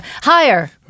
Higher